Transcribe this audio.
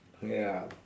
ya